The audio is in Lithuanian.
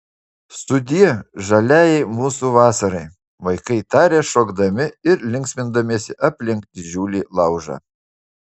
sudie žaliajai mūsų vasarai vaikai tarė šokdami ir linksmindamiesi aplink didžiulį laužą